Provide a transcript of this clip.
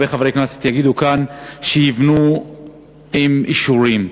הרבה חברי כנסת יגידו כאן: שיבנו עם אישורים.